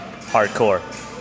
hardcore